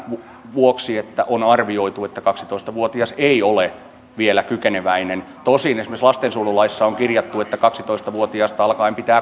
vuoksi että on arvioitu että kaksitoista vuotias ei ole vielä kykeneväinen tosin esimerkiksi lastensuojelulaissa on kirjattu että kaksitoista vuotiaasta alkaen pitää